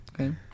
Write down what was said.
Okay